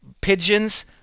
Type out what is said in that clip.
pigeons